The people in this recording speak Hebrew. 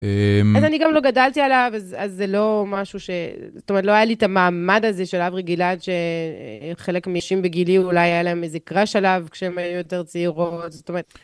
אז אני גם לא גדלתי עליו, אז זה לא משהו ש... זאת אומרת, לא היה לי את המעמד הזה של אברי גלעד, שחלק מהנשים בגילי, אולי היה להם איזה קראש עליו, כשהן היו יותר צעירות, זאת אומרת...